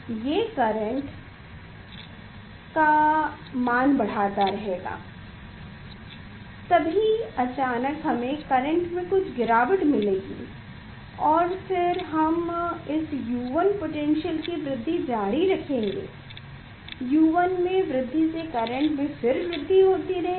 ये करेंट का मान बढ़ता रहेगा तभी अचानक हमें करेंट में कुछ गिरावट मिलेगी और फिर हम इस U1 पोटैन्श्यल की वृद्धि जारी रखेंगे U1 में वृद्धि से करेंट में भी वृद्धि होती रहेगी